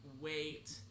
wait